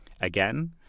Again